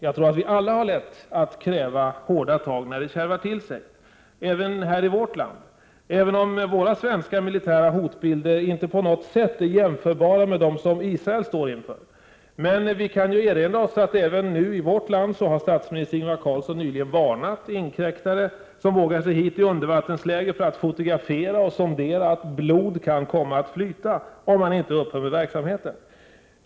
Jag tror att vi alla har lätt att kräva hårda tag när det kärvar till sig — även här i vårt land och även om den militära hotbilden för Sverige inte på något sätt är jämförbar med den som Israel står inför. När det gäller vårt eget land kan vi erinra oss att statsminister Ingvar Carlsson nyligen har varnat inkräktare som vågar sig hit i undervattensläge för att fotografera och sondera genom att säga att ”blod kan komma att flyta”, om man inte upphör med verksamheten.